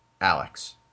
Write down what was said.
Alex